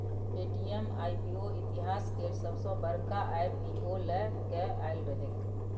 Paytm IPO इतिहास केर सबसॅ बड़का आई.पी.ओ लए केँ आएल रहैक